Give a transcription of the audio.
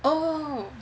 oh